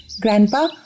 Grandpa